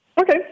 Okay